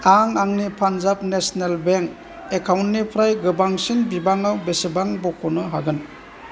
आं आंनि Punjab national bank एकाउन्टनिफ्राय गोबांसिन बिबाङाव बेसेबां बखनो हागोन